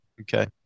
Okay